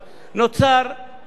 היה הד תקשורתי,